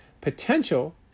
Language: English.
potential